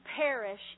perish